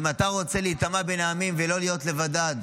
אם אתה רוצה להיטמע בין העמים ולא להיות לבדד,